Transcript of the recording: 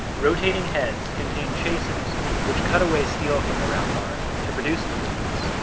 rotating heads contain chasers which cut away steel from the round bar to produce the threads.